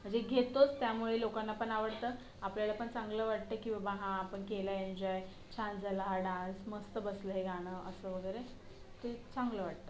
म्हणजे घेतोच त्यामुळे लोकांना पण आवडतं आपल्याला पण चांगलं वाटतं की बबा हां आपण केलं एन्जॉय छान झाला हा डान्स मस्त बसलं हे गाणं असं वगैरे तर चांगलं वाटतं